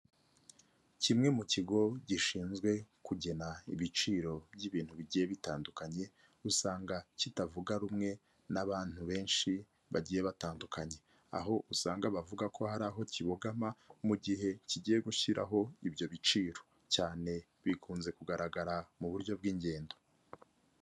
Kimwe mu kigo gishinzwe kugena ibiciro by'ibintu bigiye bitandukanye usanga kitavuga rumwe n'abantu benshi bagiye batandukanye, aho usanga bavuga ko hari aho kibogama mu gihe kigiye gushyiraho ibyo biciro cyane bikunze kugaragara mu buryo bw'ingendo.